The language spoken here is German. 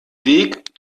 weg